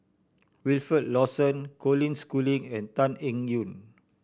Wilfed Lawson Colin Schooling and Tan Eng Yoon